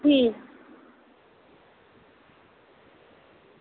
ठीक